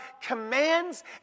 commands